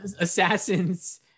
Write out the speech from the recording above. Assassins